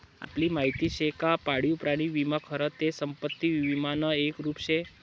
आपले माहिती शे का पाळीव प्राणी विमा खरं ते संपत्ती विमानं एक रुप शे